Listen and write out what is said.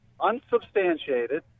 unsubstantiated